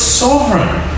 sovereign